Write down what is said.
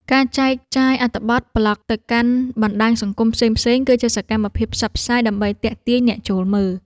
ការចែកចាយអត្ថបទប្លក់ទៅកាន់បណ្ដាញសង្គមផ្សេងៗ គឺជាសកម្មភាពផ្សព្វផ្សាយដើម្បីទាក់ទាញអ្នកចូលមើល។